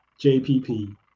JPP